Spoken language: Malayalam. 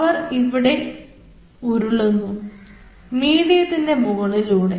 അവർ ഇവിടെ ഉരുളുന്നു മീഡിയത്തിന്റെ മുകളിലൂടെ